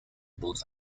both